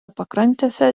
pakrantėse